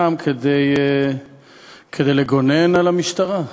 כדי לגונן על המשטרה.